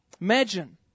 imagine